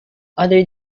other